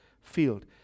field